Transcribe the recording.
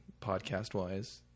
podcast-wise